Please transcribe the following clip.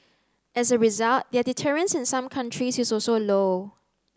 as a result their deterrence in some countries is also low